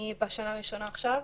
אני בשנה ראשונה עכשיו.